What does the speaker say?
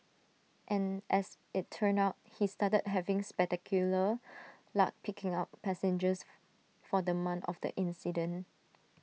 and as IT turned out he started having spectacular luck picking up passengers for the month of the incident